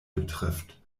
betrifft